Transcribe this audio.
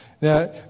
Now